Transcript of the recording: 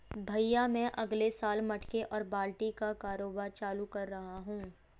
भैया मैं अगले साल मटके और बाल्टी का कारोबार चालू कर रहा हूं